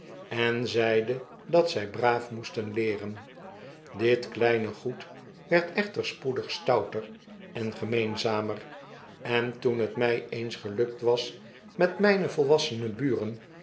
en zeide dat zy braaf moesten leeren dit kleine gqed werd echter spoedig stouter en gemeenzamer en toen het my eens gelukt was met mijne volwassene buren